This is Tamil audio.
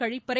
கழிப்பறை